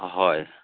অঁ হয়